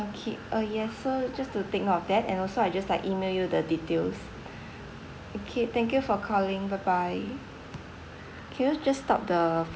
okay uh yes so just to take note of that and also I just like email you the details okay thank you for calling bye bye can you just stop the